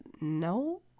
no